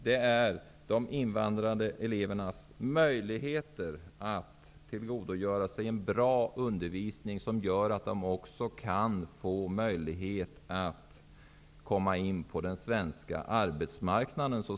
Det är invandrarelevernas möjligheter att tillgodogöra sig en bra undervisning som avgör om de så småningom, efter genomgången utbildning, kan komma in på den svenska arbetsmarknaden.